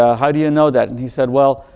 ah how do you and know that? and he said, well,